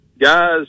guys